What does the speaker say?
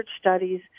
studies